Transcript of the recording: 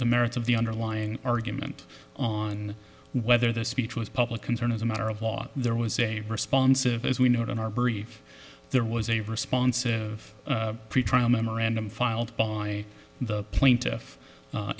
the merits of the underlying argument on whether the speech was public concern as a matter of law there was a responsive as we note in our brief there was a responsive pretrial memorandum filed by the plaintiff